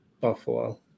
Buffalo